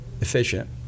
efficient